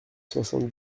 soixante